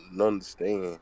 understand